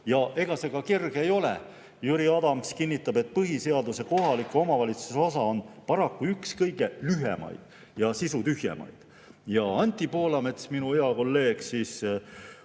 ja ega see kerge ei ole. Jüri Adams kinnitab, et põhiseaduse kohaliku omavalitsuse osa on paraku üks kõige lühemaid ja sisutühjemaid. Anti Poolamets, minu hea kolleeg, on